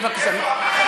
בבקשה.